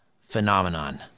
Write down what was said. phenomenon